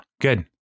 Good